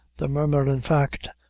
the murmur, in fact,